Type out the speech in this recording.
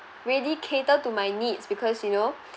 really cater to my needs because you know